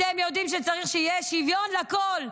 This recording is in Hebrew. אתם יודעים שצריך שיהיה שוויון לכול,